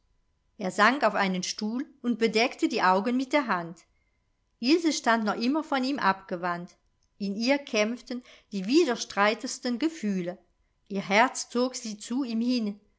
er sank auf einen stuhl und bedeckte die augen mit der hand ilse stand noch immer von ihm abgewandt in ihr kämpften die widerstreitendsten gefühle ihr herz zog sie zu ihm hin